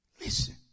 Listen